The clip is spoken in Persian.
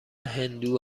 هندو